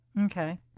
Okay